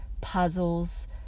puzzles